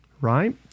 right